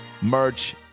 merch